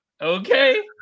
Okay